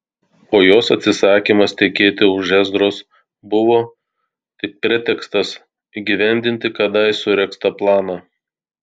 o jos atsisakymas tekėti už ezros buvo tik pretekstas įgyvendinti kadais suregztą planą